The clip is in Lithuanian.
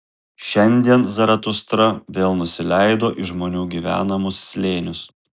šiandien zaratustra vėl nusileido į žmonių gyvenamus slėnius